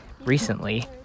recently